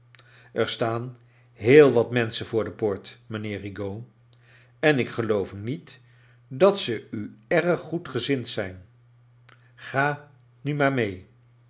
er staan heel wat menschin voor de poort mijnheer rigaud en ik geioof niet dat ze u erg goedgezind zijn ga mi maar mee